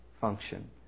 function